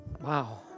Wow